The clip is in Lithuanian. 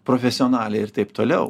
profesionaliai ir taip toliau